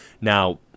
Now